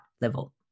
level